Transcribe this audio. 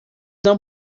não